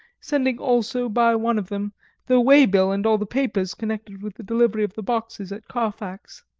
sending also by one of them the way-bill and all the papers connected with the delivery of the boxes at carfax.